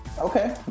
Okay